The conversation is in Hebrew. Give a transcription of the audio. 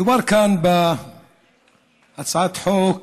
מדובר כאן בהצעת חוק